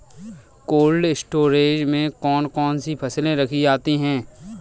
Cold storage में कौन कौन सी फसलें रखी जाती हैं?